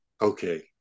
Okay